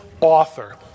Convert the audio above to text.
author